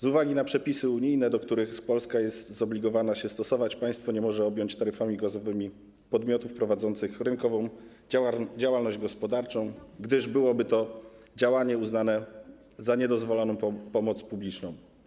Z uwagi na przepisy unijne, do których Polska jest zobligowana się stosować, państwo nie może objąć taryfami gazowymi podmiotów prowadzących rynkową działalność gospodarczą, gdyż to działanie byłoby uznane za niedozwoloną pomoc publiczną.